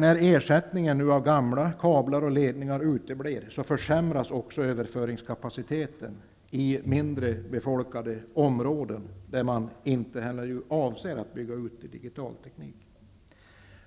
När ersättningar av gamla kablar och ledningar uteblir, försämras också överföringskapaciten i mindre befolkade områden, där man inte avser att bygga ut digitalteknik.